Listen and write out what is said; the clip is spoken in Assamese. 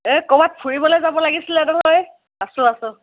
এই ক'ৰবাত ফুৰিবলৈ যাব লাগিছিলে নহয় আছোঁ আছোঁ